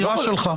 בחירה שלך.